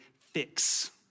fix